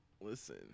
Listen